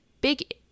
big